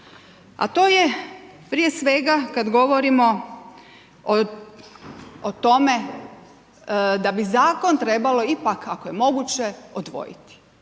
A to je prije svega kad govorimo o tome da bi zakon trebalo ipak ako je moguće odvojiti.